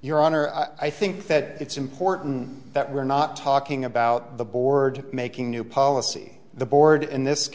your honor i think that it's important that we're not talking about the board making new policy the board in this